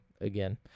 again